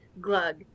glug